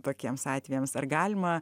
tokiems atvejams ar galima